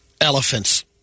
elephants